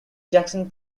jackson